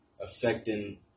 affecting